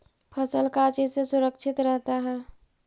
फसल का चीज से सुरक्षित रहता है?